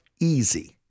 easy